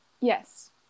Yes